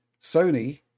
Sony